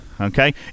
Okay